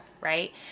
right